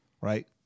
right